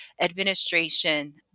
administration